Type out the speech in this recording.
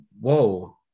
whoa